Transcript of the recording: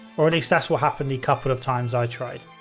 or at least, that's what happened the couple of times i tried.